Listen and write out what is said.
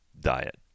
diet